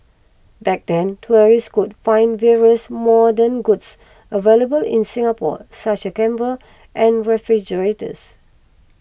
back then tourists could find various modern goods available in Singapore such cameras and refrigerators